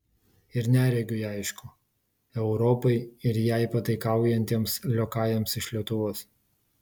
ir neregiui aišku europai ir jai pataikaujantiems liokajams iš lietuvos